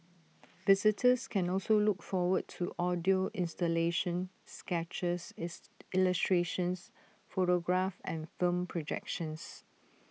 visitors can also look forward to audio installations sketches is illustrations photographs and film projections